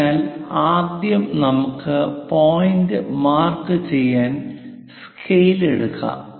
അതിനാൽ ആദ്യം നമുക്ക് ഒരു പോയിന്റ് മാർക്ക് ചെയ്യാൻ സ്കെയിൽ എടുക്കാം